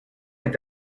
est